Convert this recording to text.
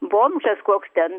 bomžas koks ten